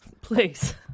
Please